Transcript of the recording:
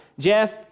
Jeff